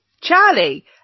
Charlie